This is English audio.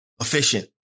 efficient